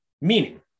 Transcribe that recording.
Meaning